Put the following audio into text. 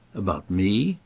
about me?